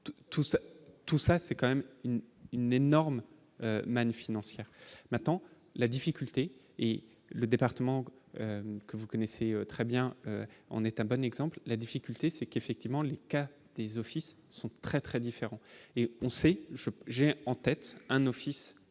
tout ça c'est quand même une énorme manne financière maintenant la difficulté et le département que vous connaissez très bien en est un bon exemple, la difficulté c'est qu'effectivement le cas des offices sont très très différents et on sait je j'ai en tête un office